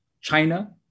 China